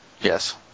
Yes